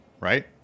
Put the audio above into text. right